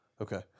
Okay